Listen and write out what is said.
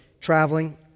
traveling